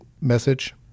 message